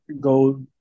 go